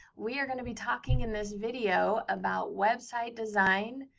we are going to be talking in this video about website design.